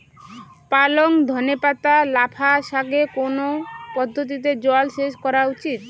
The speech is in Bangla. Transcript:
পালং ধনে পাতা লাফা শাকে কোন পদ্ধতিতে জল সেচ করা উচিৎ?